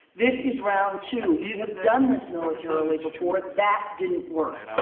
this is round two. we have done this militarily before. that didn't work.